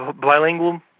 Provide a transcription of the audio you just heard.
bilingual